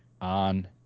On